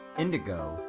indigo,